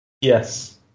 Yes